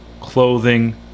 clothing